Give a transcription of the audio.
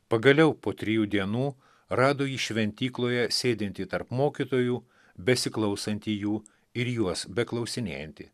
pagaliau po trijų dienų rado jį šventykloje sėdintį tarp mokytojų besiklausantį jų ir juos beklausinėjantį